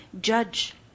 judge